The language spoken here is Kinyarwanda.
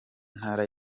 ntara